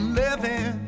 living